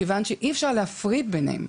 כיוון שאי אפשר להפריד ביניהם.